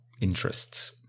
interests